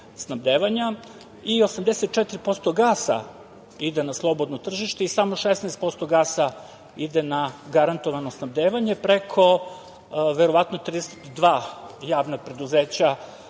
snabdevanja i 84% gasa ide na slobodno tržište i samo 16% gasa ide na garantovano snabdevanje preko 32 javna preduzeća